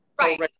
Right